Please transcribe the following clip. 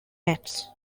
nets